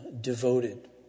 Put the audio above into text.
devoted